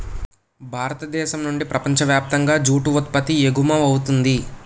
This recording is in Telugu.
భారతదేశం నుండి ప్రపంచ వ్యాప్తంగా జూటు ఉత్పత్తి ఎగుమవుతుంది